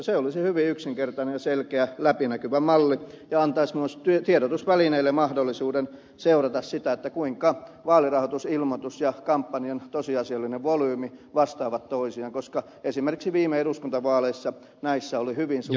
se olisi hyvin yksinkertainen ja selkeä läpinäkyvä malli ja antaisi myös tiedotusvälineille mahdollisuuden seurata sitä kuinka vaalirahoitusilmoitus ja kampanjan tosiasiallinen volyymi vastaavat toisiaan koska esimerkiksi viime eduskuntavaaleissa näissä oli hyvin suuri ristiriita